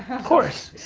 of course.